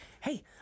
hey